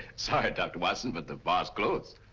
sorry doctor watson but the bar's closed.